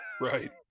right